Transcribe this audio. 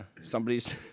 somebody's